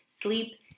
Sleep